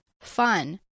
fun